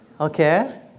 Okay